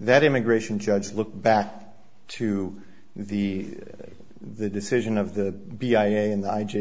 that immigration judge looked back to the the decision of the b i a and i j